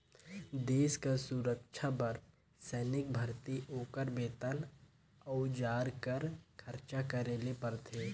देस कर सुरक्छा बर सैनिक भरती, ओकर बेतन, अउजार कर खरचा करे ले परथे